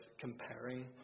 comparing